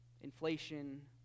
inflation